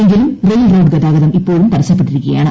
എങ്കിലും rail road ഗതാഗതം ഇപ്പോഴും തടസ്സപ്പെട്ടിരിക്കുകയാണ്